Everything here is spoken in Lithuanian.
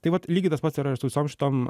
tai vat lygiai tas pats yra ir su visom šitom